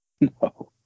no